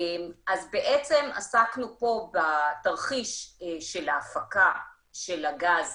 אז בעצם עסקנו פה בתרחיש של ההפקה של הגז